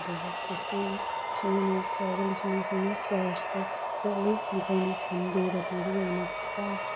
ꯑꯗꯨꯒ ꯈ꯭ꯔꯤꯁꯇꯥꯟ ꯏꯆꯤꯜ ꯏꯅꯥꯎ ꯇ꯭ꯔꯥꯏꯕꯦꯜ ꯏꯆꯤꯟ ꯏꯅꯥꯎꯁꯤꯡꯅ ꯆꯔꯁꯇ ꯆꯠꯂꯤ ꯃꯈꯣꯏꯅ ꯁꯟꯗꯦꯗ ꯃꯔꯨ ꯑꯣꯏꯅ ꯀꯥꯏ